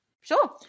sure